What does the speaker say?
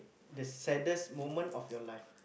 the saddest moment of your life